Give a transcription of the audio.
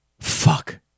fuck